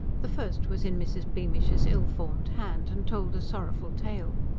the first was in mrs. beamish's ill-formed hand, and told a sorrowful tale.